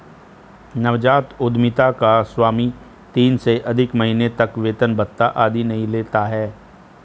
नवजात उधमिता का स्वामी तीन से अधिक महीने तक वेतन भत्ता आदि नहीं लेता है